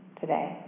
today